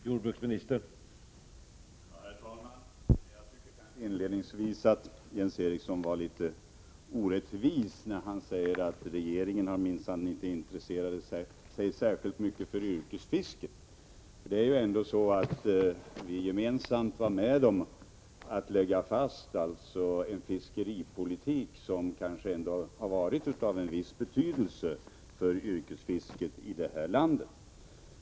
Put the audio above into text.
Herr talman! Inledningsvis vill jag säga att Jens Eriksson kanske var litet orättvis när han sade att regeringen minsann inte intresserat sig särskilt mycket för yrkesfisket. Det är ändå så att vi gemensamt var med om att lägga fast en fiskeripolitik som haft en viss betydelse för yrkesfisket i det här landet.